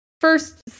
first